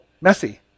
messy